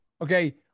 Okay